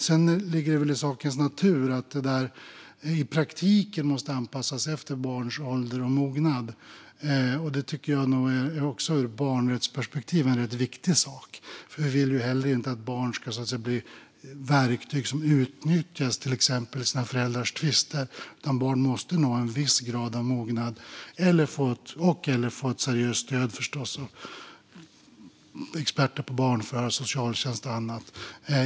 Sedan ligger det i sakens natur att detta i praktiken måste anpassas efter barns ålder och mognad. Det tycker jag är en rätt viktig sak också ur barnrättsperspektiv, för vi vill ju inte heller att barn ska bli verktyg som utnyttjas till exempel i sina föräldrars tvister. Barn måste nog ha en viss grad av mognad och/eller, förstås, få ett seriöst stöd av experter på barn från socialtjänst och annat.